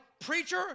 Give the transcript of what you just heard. preacher